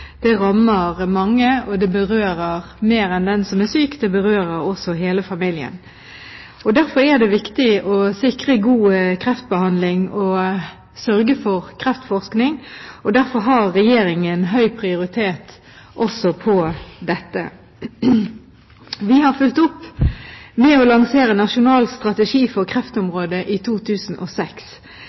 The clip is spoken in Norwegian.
det rammer mange, og det berører mer enn den som er syk, det berører hele familien. Derfor er det viktig å sikre god kreftbehandling og sørge for kreftforskning, og dette har høy prioritet også i Regjeringen. Vi har fulgt opp med å lansere Nasjonal strategi for kreftområdet i 2006,